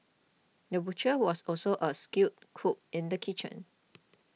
the butcher was also a skilled cook in the kitchen